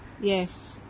yes